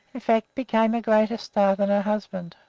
in fact, became a greater star than her husband.